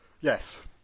Yes